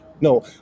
No